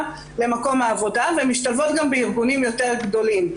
למקום העבודה והן משתלבות גם בארגונים יותר גדולים.